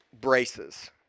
braces